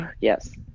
Yes